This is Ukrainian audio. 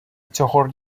цього